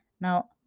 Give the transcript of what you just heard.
Now